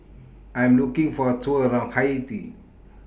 I'm looking For A Tour around Haiti